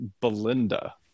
Belinda